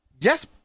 Yes